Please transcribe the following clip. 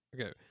Okay